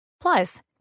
Plus